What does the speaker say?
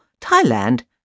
Thailand